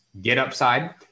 GetUpside